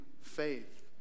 faith